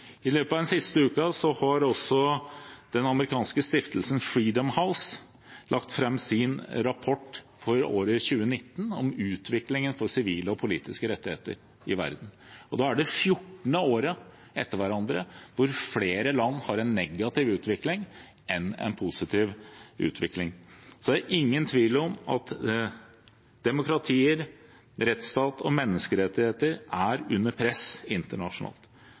I løpet av den siste uken har den amerikanske stiftelsen Freedom House lagt fram sin rapport for året 2019 om utviklingen av sivile og politiske rettigheter i verden. Det var det fjortende året på rad at det var flere land som hadde en negativ utvikling enn det var land som hadde en positiv utvikling. Så det er ingen tvil om at demokrati, rettsstat og menneskerettigheter er under press internasjonalt,